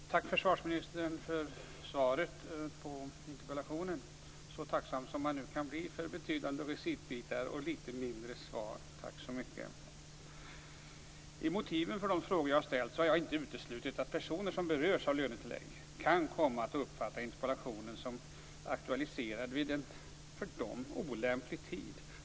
Herr talman! Tack, försvarsministern, för svaret på interpellationen, så tacksam som man nu kan bli för betydande recitbitar och litet mindre svar. Tack så mycket! I motiven för de frågor som jag har ställt har jag inte uteslutit att personer som berörs av lönetillägg kan komma att uppfatta interpellationen som aktualiserad vid en för dem olämplig tid.